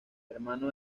hermano